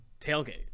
tailgate